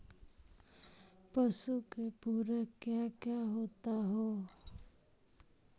पशु के पुरक क्या क्या होता हो?